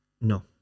No